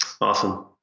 awesome